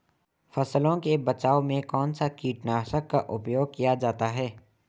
फसलों के बचाव में कौनसा कीटनाशक का उपयोग किया जाता है?